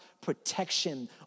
protection